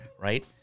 Right